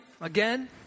again